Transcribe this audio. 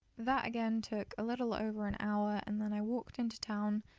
that again took a little over an hour and then i walked into town.